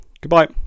goodbye